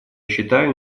считаю